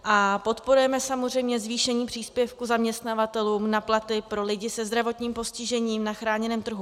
Podporujeme samozřejmě zvýšení příspěvku zaměstnavatelům na platy pro lidi se zdravotním postižením na chráněném trhu.